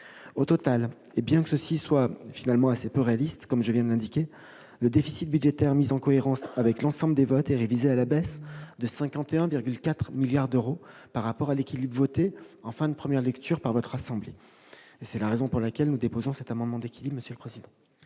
Au total, et bien que cela soit peu réaliste, comme je viens de l'indiquer, le déficit budgétaire mis en cohérence avec l'ensemble des votes est révisé à la baisse de 51,4 milliards d'euros par rapport à l'équilibre voté en fin de première partie par votre assemblée. C'est la raison pour laquelle nous déposerons cet amendement d'équilibre. Le Gouvernement